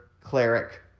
cleric